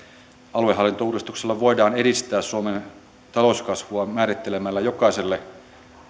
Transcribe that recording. aluehallintouudistuksella voidaan edistää suomen talouskasvua määrittelemällä jokaiselle